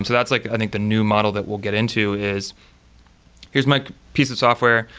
so that's like i think the new model that we'll get into is here's my piece of software,